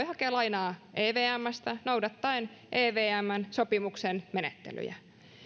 hakea lainaa evmstä noudattaen evmn sopimuksen menettelyjä